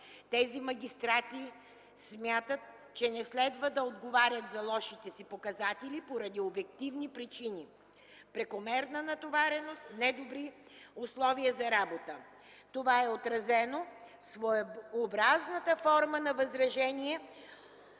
Тези магистрати смятат, че не следва да отговарят за лошите си показатели поради обективни причини – прекомерно натоварване и недобри условия за работа. Това е отразено в своебразната форма на възражение